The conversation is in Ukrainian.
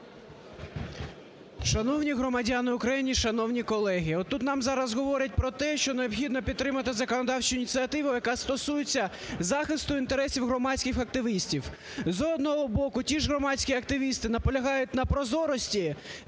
Шановні громадяни України, шановні колеги, отут нам зараз говорять про те, що необхідно підтримати законодавчу ініціативу, яка стосується захисту інтересів громадських активістів. З одного боку ті ж громадські активісти наполягають на прозорості